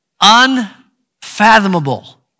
unfathomable